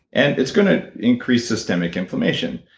and it's going to increase systemic inflammation.